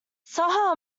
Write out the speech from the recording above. shah